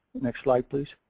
next slide please.